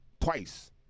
Twice